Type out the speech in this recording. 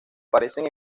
parecen